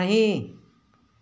नहीं